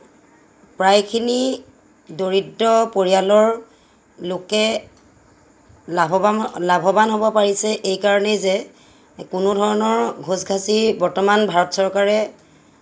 প্ৰায়খিনি দৰিদ্ৰ পৰিয়ালৰ লোকে লাভৱান লাভৱান হ'ব পাৰিছে এই কাৰণেই যে কোনো ধৰণৰ ঘোচ ঘাচি বৰ্তমান ভাৰত চৰকাৰে